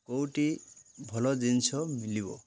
କେଉଁଠି ଭଲ ଜିନିଷ ମିଳିବ